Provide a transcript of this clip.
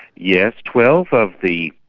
yes. twelve of the,